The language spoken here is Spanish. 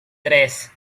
tres